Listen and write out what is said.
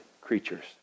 creatures